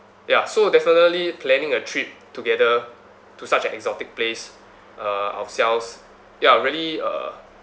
ya so definitely planning a trip together to such an exotic place uh ourselves ya really uh